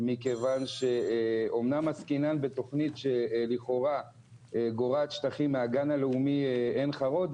מכיוון שאמנם עסקינן בתכנית שלכאורה גורעת שטחים מהגן הלאומי עין חרוד,